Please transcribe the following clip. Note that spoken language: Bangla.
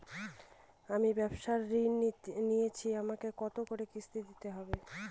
আমি ব্যবসার ঋণ নিয়েছি আমাকে কত করে কিস্তি দিতে হবে?